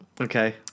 Okay